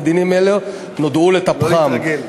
ודינים אלו נועדו לטפחן.